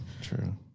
true